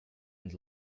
and